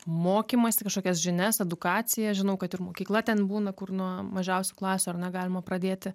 mokymąsi kažkokias žinias edukaciją žinau kad ir mokykla ten būna kur nuo mažiausių klasių ar ne galima pradėti